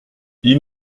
ils